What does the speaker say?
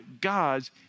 God's